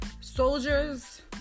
soldiers